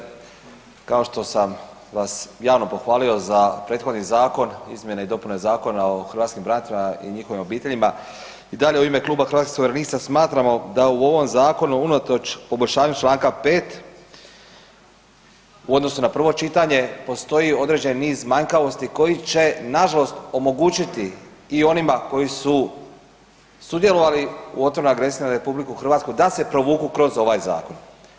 Poštovani ministre, kao što sam vas javno pohvalio za prethodni zakon, izmjene i dopune Zakona o hrvatskim braniteljima i njihovim obiteljima, i dalje u ime kluba Hrvatskih suverenista smatramo da u ovom zakonu unatoč poboljšanju čl. 5. u odnosu na prvo čitanje, postoji određeni niz manjkavosti koji će nažalost omogućiti i onima koji su sudjelovali u otvorenoj agresiji na RH da se provuku kroz ovaj zakon.